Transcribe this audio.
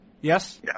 Yes